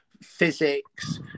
physics